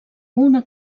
una